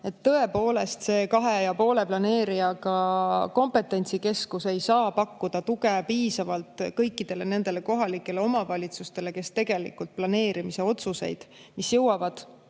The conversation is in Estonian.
tõepoolest see kahe ja poole planeerijaga kompetentsikeskus ei saa pakkuda tuge piisavalt kõikidele nendele kohalikele omavalitsustele, kes tegelikult teevad planeerimise otsuseid, mis jõuavad